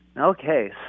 okay